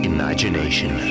Imagination